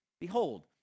behold